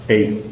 Eight